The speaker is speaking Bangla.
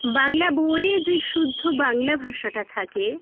বাংলা বইয়ে যে শুদ্ধ বাংলা ভাষাটা থাকে